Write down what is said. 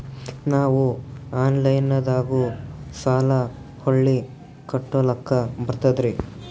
ನಾವು ಆನಲೈನದಾಗು ಸಾಲ ಹೊಳ್ಳಿ ಕಟ್ಕೋಲಕ್ಕ ಬರ್ತದ್ರಿ?